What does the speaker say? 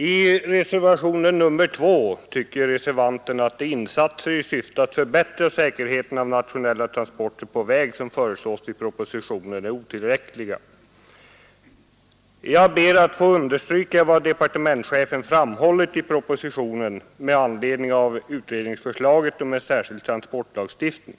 I reservationen 2 tycker reservanterna att de insatser i syfte att förbättra säkerheten vid internationella transporter på väg som föreslås i propositionen är otillräckliga. Jag ber att få understryka vad departementschefen har framhållit i propositionen med anledning av utredningsförslaget om en särskild transportlagstiftning.